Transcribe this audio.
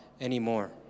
anymore